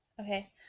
Okay